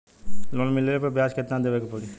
Loan मिलले पर ब्याज कितनादेवे के पड़ी?